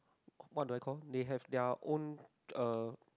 what do I call they have their own uh